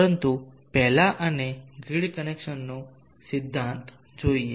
પરંતુ પહેલા અમને ગ્રીડ કનેક્શનનો સિદ્ધાંત જોઈએ